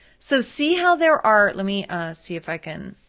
so see how there are, let me see if i can